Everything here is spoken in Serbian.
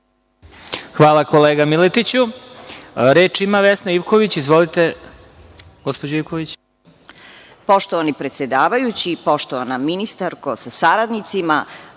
Hvala, kolega Miletiću. Reč ima Vesna Ivković. Izvolite.